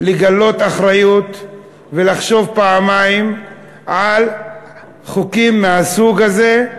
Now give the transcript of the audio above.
לגלות אחריות ולחשוב פעמיים על חוקים מהסוג הזה,